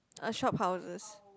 a shophouses